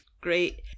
great